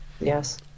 Yes